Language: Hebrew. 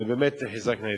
ובאמת תחזקנה ידיכם.